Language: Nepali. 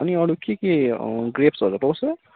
अनि अरू के के ग्रेप्सहरू पाउँछ